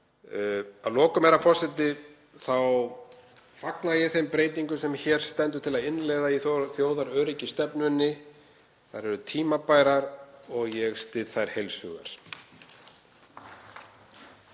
Að lokum, herra forseti, þá fagna ég þeim breytingum sem hér stendur til að innleiða í þjóðaröryggisstefnu. Þær eru tímabærar og ég styð þær heils hugar.